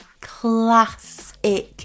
classic